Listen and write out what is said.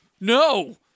no